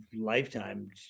lifetime